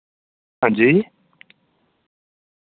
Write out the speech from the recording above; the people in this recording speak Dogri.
हांजी